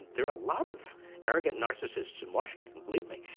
there are a lot of arrogant narcissists in washington, believe me.